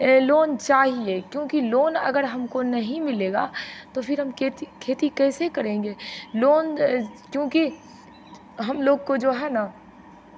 ये लोन चाहिए क्योंकि लोन अगर हमको नहीं मिलेगा तो फिर हम खेती खेती कैसे करेंगे लोन क्योंकि हम लोग को जो है ना